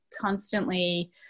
constantly